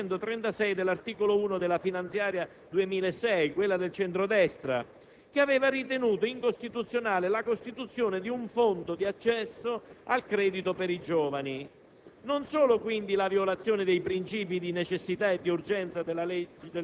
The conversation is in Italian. la sentenza n. 137 del 2007, riferita al comma 336 dell'articolo 1 della finanziaria 2006 (quella del centro-destra), che aveva ritenuto incostituzionale l'istituzione di un fondo di accesso al credito per i giovani.